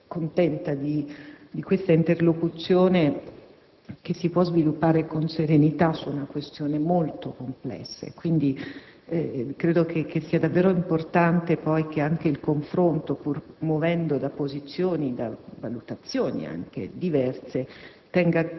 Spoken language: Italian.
molto contenta dell'interlocuzione che si può sviluppare con serenità su una questione molto complessa. Quindi, credo sia davvero importante che anche il confronto, pur muovendo da posizioni e valutazioni diverse,